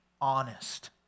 honest